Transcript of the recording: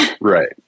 right